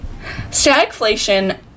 Stagflation